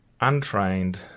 untrained